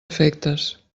efectes